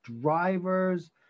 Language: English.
drivers